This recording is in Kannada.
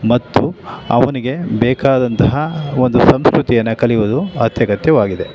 ಮತ್ತು ಅವನಿಗೆ ಬೇಕಾದಂತಹ ಒಂದು ಸಂಸ್ಕೃತಿಯನ್ನು ಕಲಿಯುವುದು ಅತ್ಯಗತ್ಯವಾಗಿದೆ